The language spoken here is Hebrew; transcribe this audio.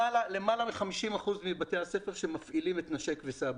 למעלה מ-50 אחוזים מבתי הספר מפעילים את נשק וסע.